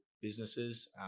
businesses